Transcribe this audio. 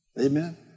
Amen